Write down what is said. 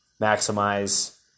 maximize